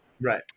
Right